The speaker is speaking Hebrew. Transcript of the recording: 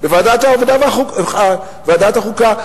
בוועדת החוקה.